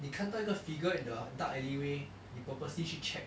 你看到一个 figure in the dark alley way 你 purposely 去 check